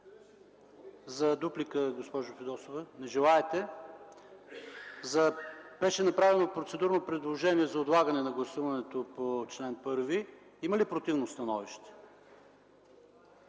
За дуплика – госпожо Фидосова? Не желаете. Беше направено процедурно предложение за отлагане на гласуването по чл. 1. Има ли противно становище?